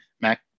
Mac